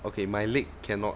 okay my leg cannot